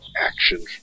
action